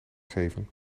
geven